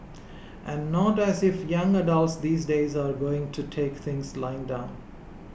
and not as if young adults these days are going to take things lying down